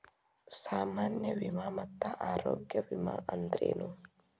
ಸಾಮಾನ್ಯ ವಿಮಾ ಮತ್ತ ಆರೋಗ್ಯ ವಿಮಾ ಅಂದ್ರೇನು?